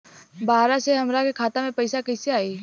बाहर से हमरा खाता में पैसा कैसे आई?